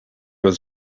was